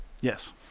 Yes